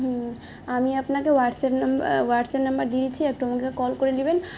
হুম আমি আপনাকে WhatsApp number WhatsApp number দিয়েছি একটু আমাকে কল করে লিবেন